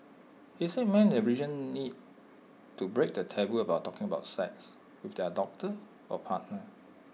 he said men in the region need to break the taboo about talking about sex with their doctor or partner